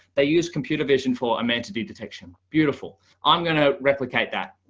they use computer vision for a man to do detection beautiful. um going to replicate that.